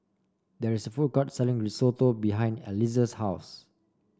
there is a food court selling Risotto behind Eliezer's house